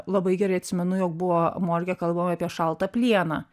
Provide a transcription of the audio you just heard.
labai gerai atsimenu jog buvo morge kalbama apie šaltą plieną